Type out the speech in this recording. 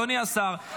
אדוני השר,